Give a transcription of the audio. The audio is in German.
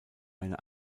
eine